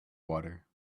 water